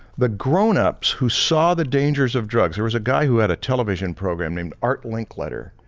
the grown-ups who saw the dangers of drugs there was a guy who had a television program named art linkletter,